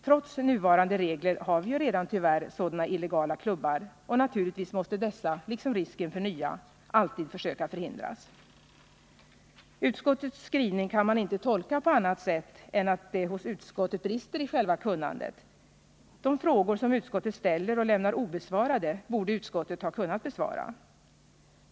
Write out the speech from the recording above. Trots nuvarande regler har vi ju tyvärr redan sådana illegala klubbar, och naturligtvis måste vi försöka motverka dessa liksom risken för uppkomsten av nya. Utskottets skrivning kan man inte tolka på annat sätt än att det hos utskottet brister i själva kunnandet. De frågor som utskottet ställer och lämnar obesvarade borde utskottet ha kunnat besvara.